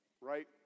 right